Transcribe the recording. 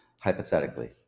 hypothetically